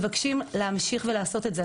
ואנחנו מבקשים להמשיך ולעשות את זה.